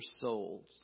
souls